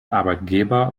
arbeitgeber